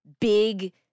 big